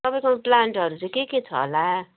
तपाईँकोमा प्लान्टहरू के के छ होला